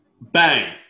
Bang